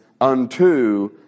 unto